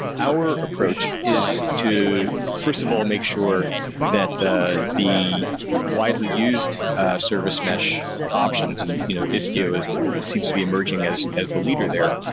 our approach is to first of all make sure that the the widely used service mesh options, and you know istio seems to be emerging as as the leader there,